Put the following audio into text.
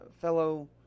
fellow